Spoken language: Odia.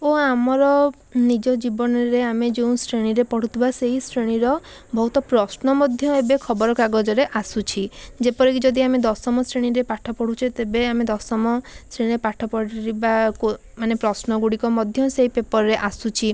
ଓ ଆମର ନିଜ ଜୀବନରେ ଆମେ ଯେଉଁ ଶ୍ରେଣୀରେ ପଢ଼ୁଥିବା ସେଇ ଶ୍ରେଣୀର ବହୁତ ପ୍ରଶ୍ନ ମଧ୍ୟ ଏବେ ଖବରକାଗଜରେ ଆସୁଛି ଯେପରିକି ଯଦି ଆମେ ଦଶମ ଶ୍ରେଣୀରେ ପାଠ ପଢ଼ୁଛୁ ତେବେ ଆମେ ଦଶମ ଶ୍ରେଣୀରେ ପାଠ ପଢ଼ିବାକୁ ମାନେ ପ୍ରଶ୍ନଗୁଡ଼ିକ ମଧ୍ୟ ସେ ପେପର୍ରେ ଆସୁଛି